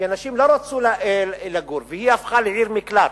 כי אנשים לא רצו לגור, והיא הפכה לעיר מקלט.